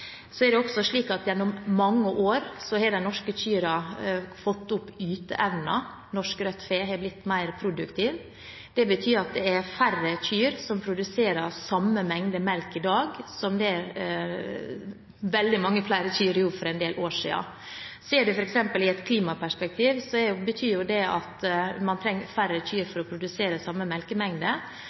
rødt fe har blitt mer produktivt. Det betyr at det er færre kyr som produserer den samme mengde melk i dag som det veldig mange flere kyr gjorde for en del år siden. Ser en dette f.eks. i et klimaperspektiv, betyr jo dette at man trenger færre kyr for å produsere samme melkemengde.